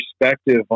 perspective